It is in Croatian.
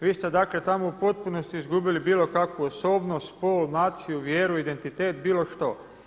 Vi ste dakle tamo u potpunosti izgubili bilo kakvu osobnost, spol, naciju, vjeru, identitet, bilo što.